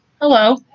Hello